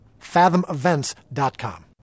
Fathomevents.com